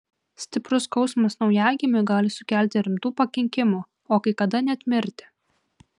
stiprus skausmas naujagimiui gali sukelti rimtų pakenkimų o kai kada net mirtį